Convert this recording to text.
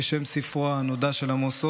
כשם ספרו הנודע של עמוס עוז.